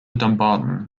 dumbarton